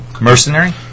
Mercenary